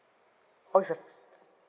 orh it's a